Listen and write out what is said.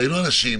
ראינו אנשים.